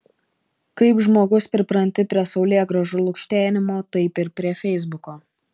kaip žmogus pripranti prie saulėgrąžų lukštenimo taip ir prie feisbuko